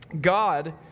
God